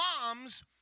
moms